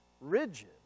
rigid